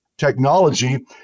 technology